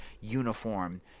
uniform